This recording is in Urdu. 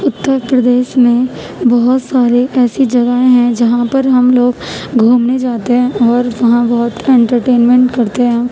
اتر پردیش میں بہت سارے ایسی جگہیں ہیں جہاں پر ہم لوگ گھومنے جاتے ہیں اور وہاں بہت انٹرٹینمنٹ کرتے ہیں